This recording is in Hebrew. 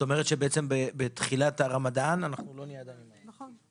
זאת אומרת שבעצם בתחילת הרמדאן אנחנו לא נהיה עדיין --- נכון.